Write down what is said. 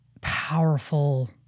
powerful